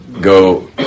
go